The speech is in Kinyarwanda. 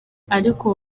ariko